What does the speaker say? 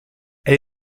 elle